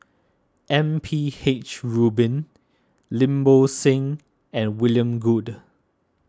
M P H Rubin Lim Bo Seng and William Goode